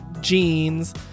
jeans